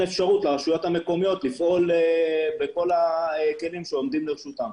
אפשרות לרשויות המקומיות לפעול בכל הכלים שעומדים לרשותן.